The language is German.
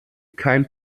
kein